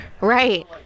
Right